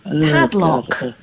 padlock